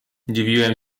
dziwiłem